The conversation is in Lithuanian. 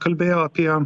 kalbėjo apie